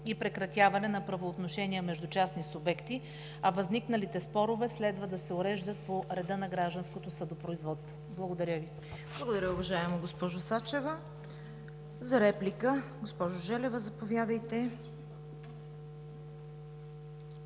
и прекратяване на правоотношения между частни субекти, а възникналите спорове следва да се уреждат по реда на гражданското съдопроизводство. Благодаря Ви. ПРЕДСЕДАТЕЛ ЦВЕТА КАРАЯНЧЕВА: Благодаря, уважаема госпожо Сачева. Госпожо Желева, заповядайте